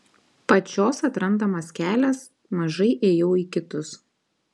pačios atrandamas kelias mažai ėjau į kitus